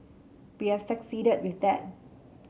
we have succeeded with that